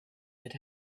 that